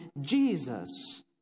Jesus